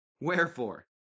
Wherefore